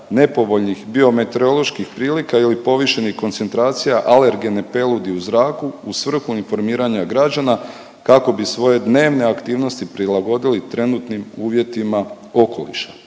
nepovoljnih biometeoroloških prilika ili povišenih koncentracija alergene peludi u zraku, u svrhu informiranja građana, kako bi svoje dnevne aktivnosti prilagodili trenutnim uvjetima okoliša.